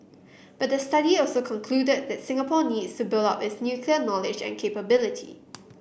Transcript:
but the study also concluded that Singapore needs to build up its nuclear knowledge and capability